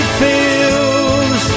feels